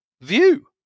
view